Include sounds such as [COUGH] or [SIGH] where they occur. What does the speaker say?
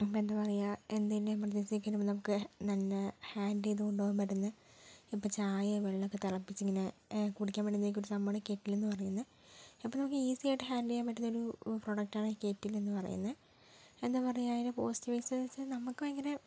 ഇപ്പം എന്താ പറയുക എന്തെങ്കിലും എമർജൻസി ഒക്കെ വന്നാൽ നമുക്ക് നല്ല ഹാൻഡ് ചെയ്ത് കൊണ്ടുപോകാൻ പറ്റുന്ന ഇപ്പം ചായയും വെള്ളവും ഒക്കെ തിളപ്പിച്ച് ഇങ്ങനെ കുടിയ്ക്കാൻ പറ്റുന്ന ഒരു സംഭവമാണ് കെറ്റിലെന്ന് പറയുന്നത് അപ്പോൾ നമുക്ക് ഈസി ആയിട്ട് ഹാന്ഡിൽ ചെയ്യാൻ പറ്റുന്ന ഒരു പ്രോഡക്റ്റ് ആണ് കെറ്റിലെന്ന് പറയുന്നത് എന്താ പറയുക അതിൻ്റെ പോസിറ്റീവ് [UNINTELLIGIBLE] വെച്ചാൽ നമുക്ക് ഭയങ്കര